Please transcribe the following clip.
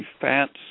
fats